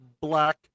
black